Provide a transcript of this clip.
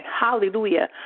Hallelujah